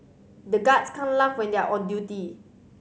the guards can't laugh when they are on duty